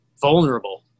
vulnerable